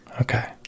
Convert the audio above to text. Okay